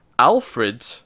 Alfred